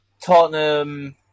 Tottenham